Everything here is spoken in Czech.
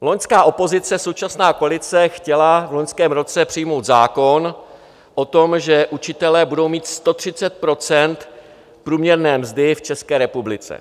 Loňská opozice, současná koalice chtěla v loňském roce přijmout zákon o tom, že učitelé budou mít 130 % průměrné mzdy v České republice.